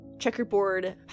checkerboard